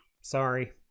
Sorry